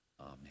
amen